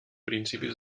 principis